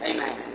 Amen